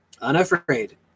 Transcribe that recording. Unafraid